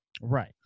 Right